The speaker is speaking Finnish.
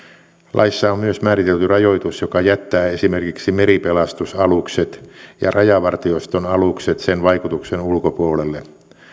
laissa on myös määritelty rajoitus joka jättää esimerkiksi meripelastusalukset ja rajavartioston alukset lain vaikutuksen ulkopuolelle